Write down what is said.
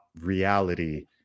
reality